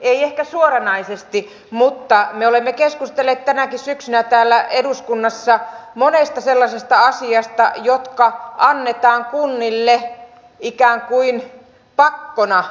ei ehkä suoranaisesti mutta me olemme keskustelleet tänäkin syksynä täällä eduskunnassa monesta sellaisesta asiasta jotka annetaan kunnille ikään kuin pakkona